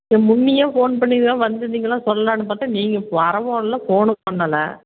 இப்போ முன்னையே ஃபோன் பண்ணி தான் வந்திருந்திங்களா சொல்லலாம்னு பார்த்தா நீங்கள் வரவும் இல்லை ஃபோனும் பண்ணலை